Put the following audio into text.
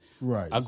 Right